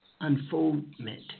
unfoldment